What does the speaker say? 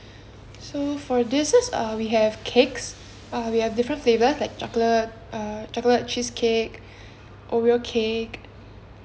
so for desserts uh we have cakes uh we have different flavor like chocolate uh chocolate cheesecake oreo cake